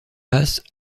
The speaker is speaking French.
passe